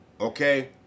Okay